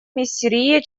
миссерия